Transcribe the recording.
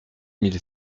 mille